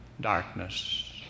darkness